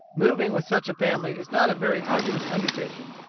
moving with such a family is not a very arduous undertaking.